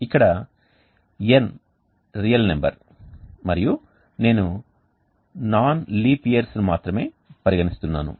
ఇక్కడ N real number మరియు నేను నాన్ లీపు సంవత్సరాలను మాత్రమే పరిగణిస్తున్నాను